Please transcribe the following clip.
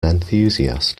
enthusiast